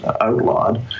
outlawed